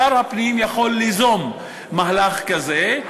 שר הפנים יכול ליזום מהלך כזה,